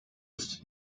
ist